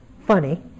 funny